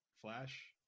Flash